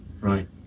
Right